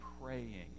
praying